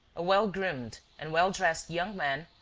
a well-groomed and well-dressed young man,